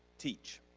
teach.